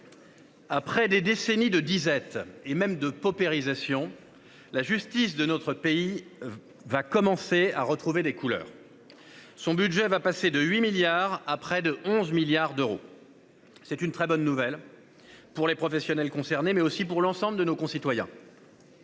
après des décennies de disette et même de paupérisation, la justice de notre pays commence à retrouver des couleurs, avec un budget qui va passer de 8 milliards d'euros à près de 11 milliards. C'est une très bonne nouvelle pour les professionnels concernés, mais aussi pour l'ensemble de nos concitoyens.